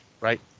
right